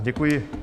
Děkuji.